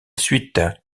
suite